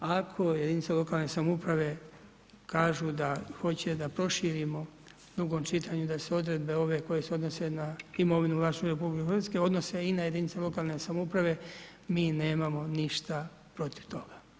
Ako jedinice lokalne samouprave kažu da hoće da proširimo u drugom čitanju da se odredbe ove koje se odnose na imovinu u vlasništvu RH odnose i na jedinice lokalne samouprave mi nemamo ništa protiv toga.